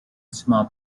small